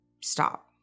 stop